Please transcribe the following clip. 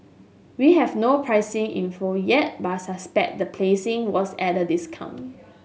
we have no pricing info yet but suspect the placing was at a discount